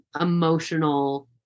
emotional